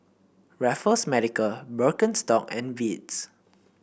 Raffles Medical Birkenstock and Beats